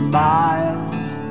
miles